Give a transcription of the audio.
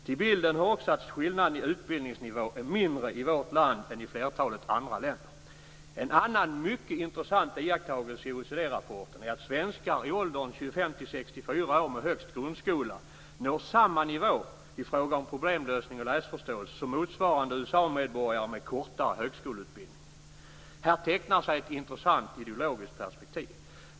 Till bilden hör också att skillnaden i utbildningsnivå är mindre i vårt land jämfört med hur det är i flertalet andra länder. En annan mycket intressant iakttagelse i OECD rapporten är att svenskar i åldern 25-64 år med högst grundskola når samma nivå i fråga om problemlösning och läsförståelse som motsvarande USA medborgare med kortare högskoleutbildning. Här tecknar sig ett intressant ideologiskt perspektiv.